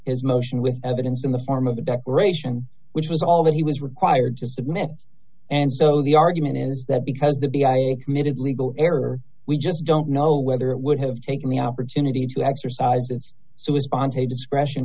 his motion with evidence in the form of a declaration which was all that he was required to submit and so the argument is that because the b o h made it legal error we just don't know whether it would have taken the opportunity to exercise its so response a discretion